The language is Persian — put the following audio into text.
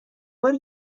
باری